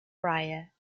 brier